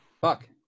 Fuck